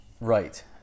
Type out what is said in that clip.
Right